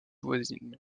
voisine